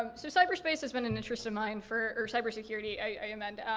um so cyber space has been an interest of mine for, or cyber security, i amend,